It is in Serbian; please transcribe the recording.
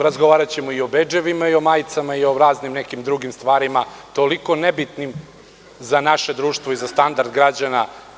Razgovaraćemo i o bedževima i o majicama i o raznim drugim stvarima, toliko nebitnim za naše društvo i standard građana.